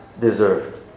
deserved